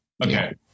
okay